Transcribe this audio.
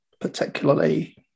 Particularly